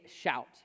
shout